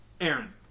Aaron